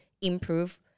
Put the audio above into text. improve